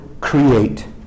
create